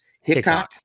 Hickok